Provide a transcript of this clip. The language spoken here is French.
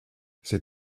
ses